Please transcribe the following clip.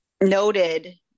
noted